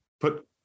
put